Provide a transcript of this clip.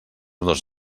dos